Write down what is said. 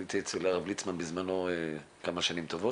הייתי אצל הרב ליצמן בזמנו כמה שנים טובות,